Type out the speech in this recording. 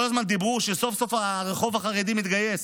כל הזמן אמרו שסוף-סוף הרחוב החרדי מתגייס,